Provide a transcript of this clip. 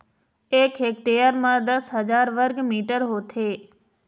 एक हेक्टेयर म दस हजार वर्ग मीटर होथे